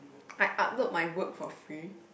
I upload my work for free